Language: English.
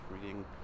reading